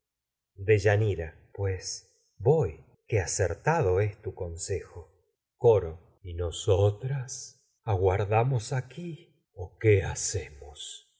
deyanira pues voy acertado es tu consejo las traquiniás coro cemos y nosotras aguardamos aquí o qué